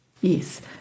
Yes